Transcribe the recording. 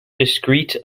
discrete